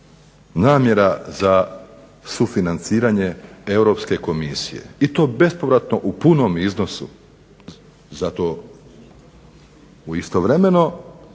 namjera za sufinanciranje Europske komisije i to bespovratno u punom iznosu za to. Istovremeno